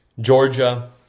Georgia